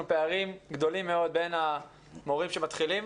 פערים גדולים מאוד בין המורים שמתחילים,